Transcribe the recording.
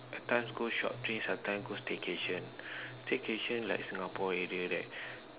at times go short place at times go staycation staycation like Singapore area right